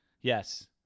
Yes